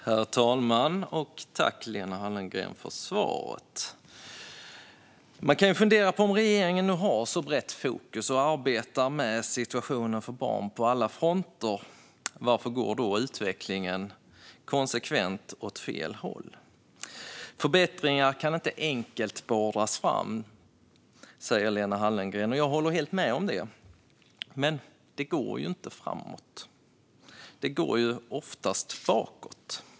Herr talman! Tack, Lena Hallengren, för svaret! Man kan fundera på varför utvecklingen konsekvent går åt fel håll om regeringen nu har ett så brett fokus och arbetar med situationen för barn på alla fronter. Förbättringar kan inte enkelt beordras fram, säger Lena Hallengren. Jag håller helt med om det. Men det går ju inte framåt. Det går oftast bakåt.